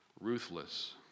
ruthless